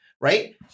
Right